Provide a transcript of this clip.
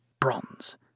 Bronze